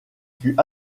fut